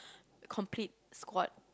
complete squad